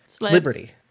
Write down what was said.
Liberty